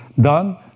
done